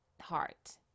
heart